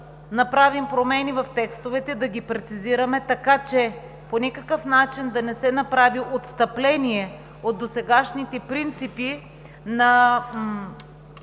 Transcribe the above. направим промени в текстовете, да ги прецизираме така, че по никакъв начин да не се направи отстъпление от досегашните принципи на